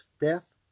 death